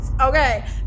Okay